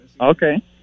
Okay